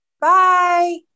Bye